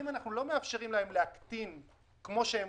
(3)סעיפים 18כה(5)